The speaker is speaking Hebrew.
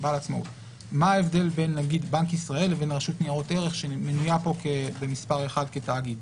מה ההבדל בין בנק ישראל לרשות ניירות ערך שמנויה פה במס' 1 כתאגיד?